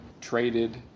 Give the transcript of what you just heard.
traded